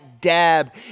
dab